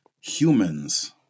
humans